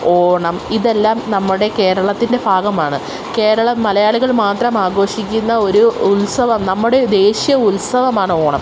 ഓണം ഇതെല്ലാം നമ്മുടെ കേരളത്തിന്റെ ഭാഗമാണ് കേരളം മലയാളികൾ മാത്രം ആഘോഷിക്കുന്ന ഒരു ഉത്സവം നമ്മുടെ ദേശീയ ഉത്സവമാണ് ഓണം